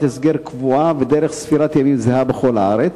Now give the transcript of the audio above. הסגר קבועה ודרך ספירת ימים זהה בכל הארץ,